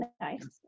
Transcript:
nice